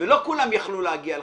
ולא כולם יכלו להגיע לכאן.